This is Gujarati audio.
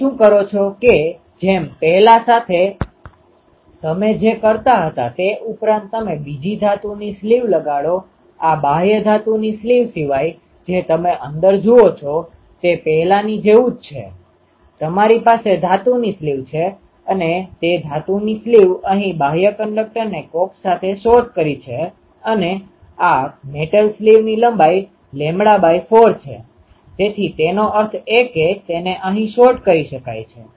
તમે શું કરો છો કેજેમ પહેલાં તમે જે કરતા હતા તે ઉપરાંત તમે બીજી ધાતુની સ્લીવsleeveઆવરણ લગાડો આ બાહ્ય ધાતુની સ્લીવ સિવાય જે તમે અંદર જુઓ છો તે પહેલાંની જેવું જ છે તમારી પાસે ધાતુની સ્લીવ છે અને તે ધાતુની સ્લીવ અહીં બાહ્ય કંડક્ટરને કોક્સ સાથે શોર્ટ કરી છે અને આ મેટલ સ્લીવની લંબાઈ λ4લેમ્બડા ભાગ્યા 4 છે તેથી તેનો અર્થ એ કે તેને અહીં શોર્ટ કરી શકાય છે